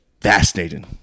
fascinating